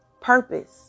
purpose